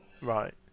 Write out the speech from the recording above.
Right